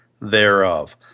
thereof